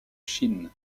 chine